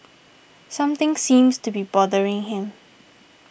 something seems to be bothering him